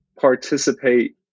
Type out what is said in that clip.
participate